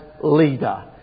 leader